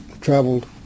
traveled